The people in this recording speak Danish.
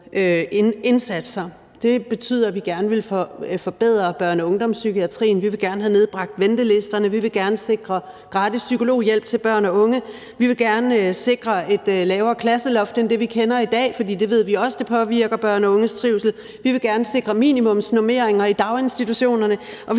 indsatser. Det betyder, at vi gerne vil forbedre børne- og ungdomspsykiatrien; vi vil gerne have nedbragt ventelisterne; vi vil gerne sikre gratis psykologhjælp til børn og unge; vi vil gerne sikre et lavere klasseloft end det, vi kender i dag, for det ved vi også påvirker børn og unges trivsel; vi vil gerne sikre minimumsnormeringer i daginstitutionerne; og vi